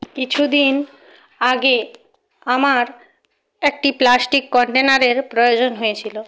কিছুদিন আগে আমার একটি প্লাস্টিক কন্টেনারের প্রয়োজন হয়েছিল